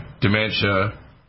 dementia